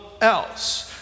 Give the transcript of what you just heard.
else